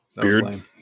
Beard